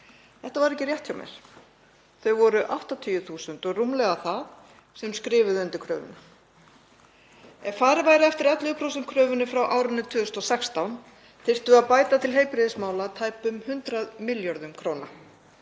Þetta var ekki rétt hjá mér, þau voru 80.000 og rúmlega það sem skrifuðu undir kröfuna. Ef farið væri eftir 11% kröfunni frá árinu 2016 þyrftum við að bæta til heilbrigðismála tæpum 100 milljörðum kr.